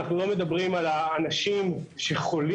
אנחנו לא מדברים על האנשים שחולים,